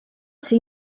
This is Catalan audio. ser